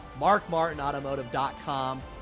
MarkMartinAutomotive.com